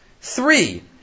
Three